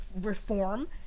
reform